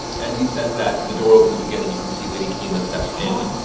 as he says that, the door opens again, and you can see lady kima steps in.